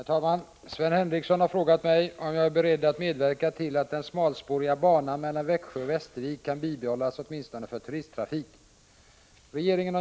Herr talman! Sven Henricsson har frågat mig om jag är beredd att medverka till att den smalspåriga banan mellan Växjö och Västervik kan bibehållas åtminstone för turisttrafik.